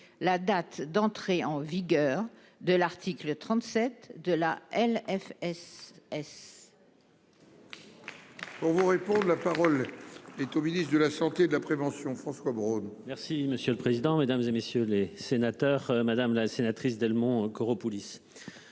la date d'entrée en vigueur de l'article 37 de la loi